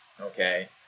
okay